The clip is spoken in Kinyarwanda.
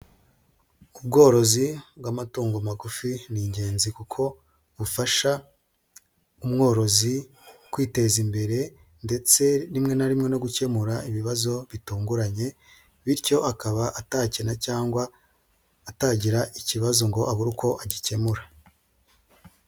Ubworozi bw'amatungo magufi ni ingenzi kuko bufasha umworozi kwiteza imbere ndetse rimwe na rimwe no gukemura ibibazo bitunguranye, bityo akaba atakena cyangwa atagira ikibazo ngo abure uko agikemura.